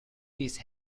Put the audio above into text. these